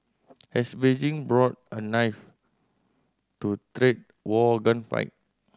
has Beijing brought a knife to trade war gunfight